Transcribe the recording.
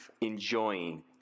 enjoying